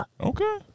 Okay